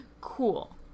Cool